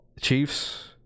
Chiefs